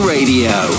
Radio